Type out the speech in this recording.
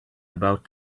about